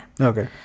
Okay